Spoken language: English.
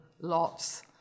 lots